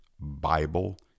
Bible